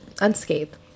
Unscathed